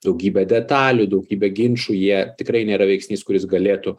daugybė detalių daugybė ginčų jie tikrai nėra veiksnys kuris galėtų